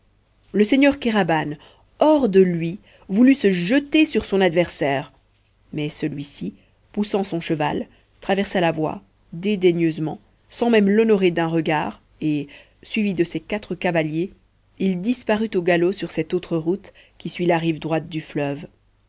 le seigneur kéraban hors de lui voulut se jeter sur son adversaire mais celui-ci poussant son cheval traversa la voie dédaigneusement sans même l'honorer d'un regard et suivi de ses quatre cavaliers il disparut au galop sur cette autre route qui suit la rive droite du fleuve